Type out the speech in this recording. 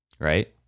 right